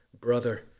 brother